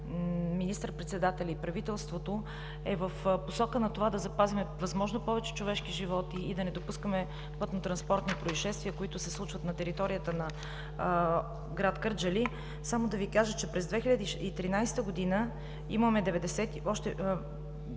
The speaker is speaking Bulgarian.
министър-председателя и правителството, е в посока на това да запазим възможно повече човешки животи и да не допускаме пътнотранспортни произшествия, които се случват на територията на град Кърджали. Само да Ви кажа, че през месец септември 2013